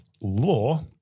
law